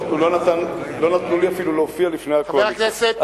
לא נתנו לי אפילו להופיע לפני הקואליציה.